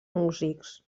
músics